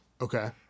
Okay